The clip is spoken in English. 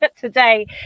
today